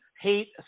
hate